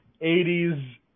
80s